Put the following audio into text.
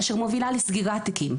אשר מובילה לסגירת תיקים,